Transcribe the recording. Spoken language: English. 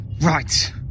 Right